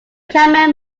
caramel